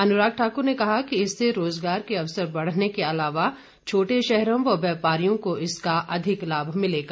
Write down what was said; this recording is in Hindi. अनुराग ठाकुर ने कहा कि इससे रोजगार के अवसर बढ़ने के अलावा छोटे शहरों व व्यापारियों को इसका अधिक लाभ मिलेगा